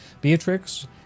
Beatrix